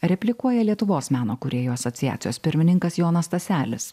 replikuoja lietuvos meno kūrėjų asociacijos pirmininkas jonas staselis